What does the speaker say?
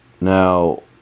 Now